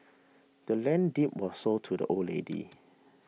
the land's deed was sold to the old lady